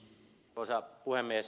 arvoisa puhemies